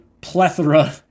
plethora